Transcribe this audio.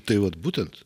tai vat būtent